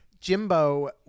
Jimbo